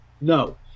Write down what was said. No